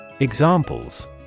examples